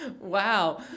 wow